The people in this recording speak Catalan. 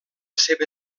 seva